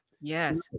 Yes